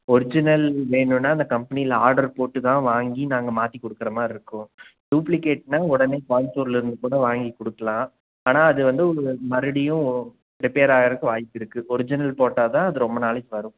original வேணுன்னால் அந்த கம்பெனியில் ஆர்டர் போட்டுதான் வாங்கி நாங்கள் மாற்றி கொடுக்குற மாதிரி இருக்கும் டூப்ளிகேட்னால் உடனே கோயம்புத்தூர்லிருந்து கூட வாங்கி கொடுக்கலாம் ஆனால் அது வந்து உங்களுக்கு மறுபடியும் ரிப்பேர் ஆகிறதுக்கு வாய்ப்பு இருக்குது ஒர்ஜினல் போட்டால்தான் அது ரொம்ப நாளைக்கு வரும்